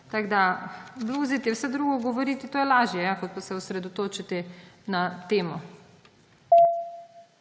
Tako da bluziti, vse drugo govoriti, to je lažje, ja, kot pa se osredotočiti na temo.